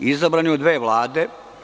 Izabran je u dve vlade.